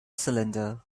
cylinder